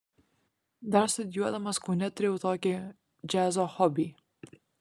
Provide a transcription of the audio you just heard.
dar studijuodamas kaune turėjau tokį džiazo hobį